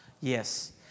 Yes